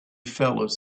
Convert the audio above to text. fellows